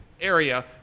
area